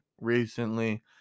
recently